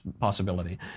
possibility